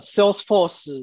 Salesforce